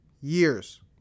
years